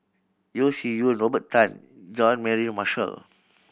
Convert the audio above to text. Yeo Shih Yun Robert Tan Jean Mary Marshall